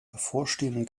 bevorstehenden